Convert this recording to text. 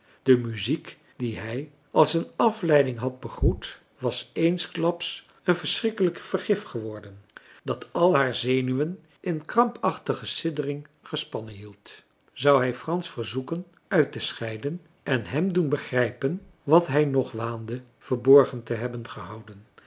de muziek die hij als een afleiding had begroet was eensklaps een verschrikkelijk vergif geworden dat al haar zenuwen in krampachtige siddering gespannen hield zou hij frans verzoeken uit te scheiden en hem doen begrijpen wat hij nog waande verborgen te hebben gehouden